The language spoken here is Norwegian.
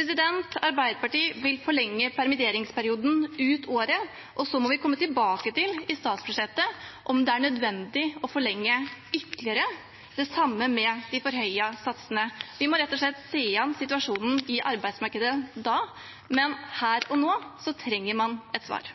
Arbeiderpartiet vil forlenge permitteringsperioden ut året. Så må vi i statsbudsjettet komme tilbake til om det er nødvendig å forlenge ytterligere. Det samme gjelder de forhøyde satsene. Vi må rett og slett se an situasjonen i arbeidsmarkedet da. Men her og nå trenger man et svar.